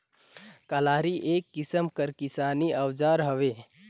कलारी एक किसिम कर किसानी अउजार हवे